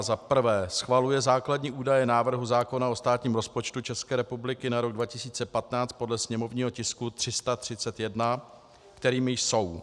I. schvaluje základní údaje návrhu zákona o státním rozpočtu České republiky na rok 2015 podle sněmovního tisku 331, kterými jsou: